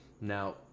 Now